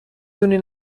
دونی